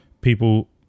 people